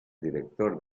director